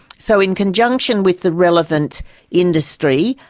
so in conjunction with the relevant industry,